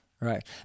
right